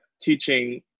teaching